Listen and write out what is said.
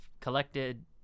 collected